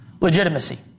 legitimacy